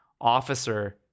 officer